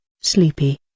sleepy